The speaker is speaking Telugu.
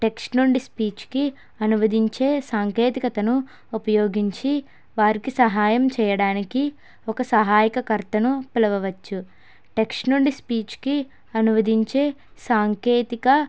టెక్స్ట్ నుండి స్పీచ్ కి అనువదించే సాంకేతికతను ఉపయోగించి వారికి సహాయం చేయడానికి ఒక సహాయక కర్తను పిలవచ్చు టెక్స్ట్ నుండి స్పీచ్ కి అనువదించే సాంకేతిక